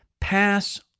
Pass